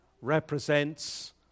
represents